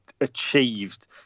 achieved